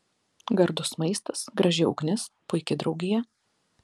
gardus maistas graži ugnis puiki draugija